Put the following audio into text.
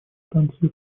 станции